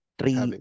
three